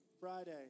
Friday